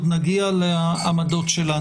עוד נגיע לעמדות שלנו.